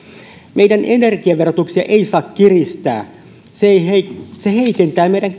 meidän energiaverotustamme ei saa kiristää se heikentää meidän